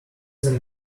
them